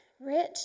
rich